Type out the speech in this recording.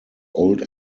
old